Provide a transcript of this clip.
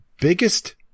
biggest